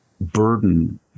burden